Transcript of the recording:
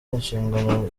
inshingano